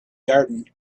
garden